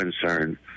concern